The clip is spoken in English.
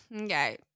okay